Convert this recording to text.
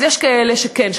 אז יש כאלה שכן,